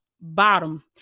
bottom